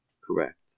Correct